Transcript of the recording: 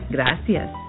Gracias